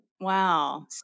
Wow